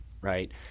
right